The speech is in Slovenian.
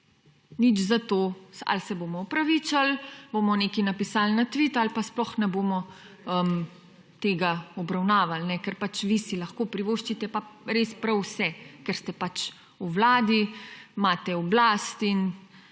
nič zato. Ali se bomo opravičili, bomo nekaj napisali na tvit ali pa sploh ne bomo tega obravnavali. Ker vi si pa lahko privoščite res prav vse, ker ste pač v vladi, imate oblast. In